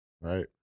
Right